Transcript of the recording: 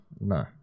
no